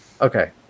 Okay